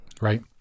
Right